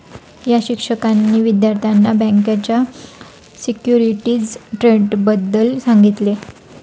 या शिक्षकांनी विद्यार्थ्यांना बँकेच्या सिक्युरिटीज ट्रेडबद्दल सांगितले